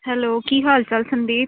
hello ਕੀ ਹਾਲ ਚਾਲ ਸੰਦੀਪ